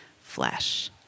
flesh